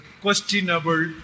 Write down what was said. questionable